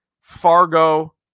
fargo